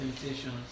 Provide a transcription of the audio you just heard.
temptations